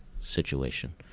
situation